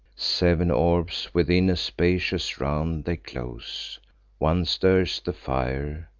sev'n orbs within a spacious round they close one stirs the fire,